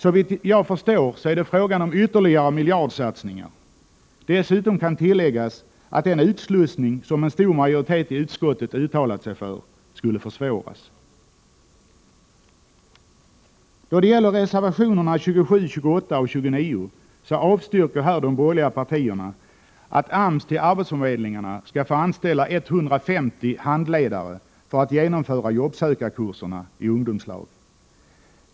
Såvitt jag förstår är det fråga om ytterligare miljardsatsningar. Dessutom kan tilläggas att den utslussning som en stor majoritet i utskottet uttalat sig för skulle försvåras. I reservationerna 27, 28 och 29 avstyrker de borgerliga partierna att AMS till arbetsförmedlingarna skall få anställa 150 handledare för att genomföra jobbsökarkurserna i ungdomslag.